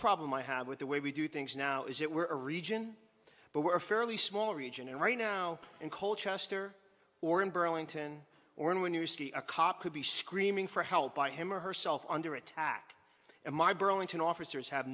problem i have with the way we do things now is it were a region but were a fairly small region and right now in cold chester or in burlington or and when you see a cop could be screaming for help by him or herself under attack and my burlington officers ha